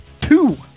Two